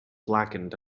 blackened